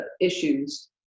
issues